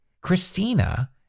Christina